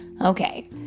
Okay